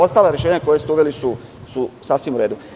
Ostala rešenja koja ste uveli su sasvim u redu.